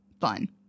fun